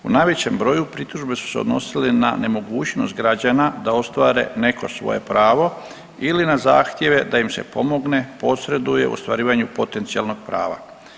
U najvećem broju pritužbe su se odnosile na nemogućnost građana da ostvare neko svoje pravo ili na zahtjeve da im se pomogne, posreduje u ostvarivanju potencijalnog prava.